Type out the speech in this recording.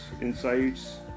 insights